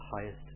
highest